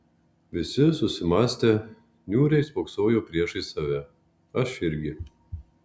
visi susimąstę niūriai spoksojo priešais save aš irgi